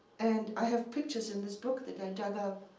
and i have pictures in this book that i dug up,